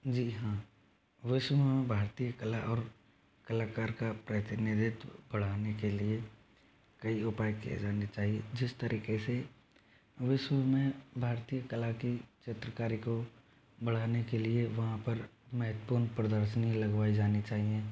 जी हाँ विश्व में भारतीय कला और कलाकार का प्रतिनिधित्व बढ़ाने के लिए कई उपाय किए जाने चाहिए जिस तरीके से विश्व में भारतीय कला की चित्रकारी को बढ़ाने के लिए वहाँ पर महत्वपूर्ण प्रदर्शनी लगवाई जानी चाहिए